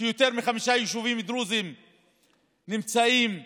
יותר מחמישה יישובים דרוזיים נמצאים באדום,